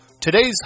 today's